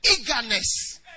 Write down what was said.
Eagerness